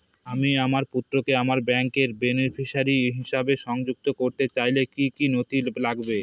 আমি আমার পুত্রকে আমার ব্যাংকের বেনিফিসিয়ারি হিসেবে সংযুক্ত করতে চাইলে কি কী নথি লাগবে?